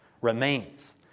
remains